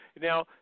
Now